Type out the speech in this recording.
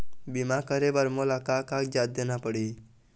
बीमा करे बर मोला का कागजात देना पड़ही?